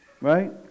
right